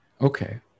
Okay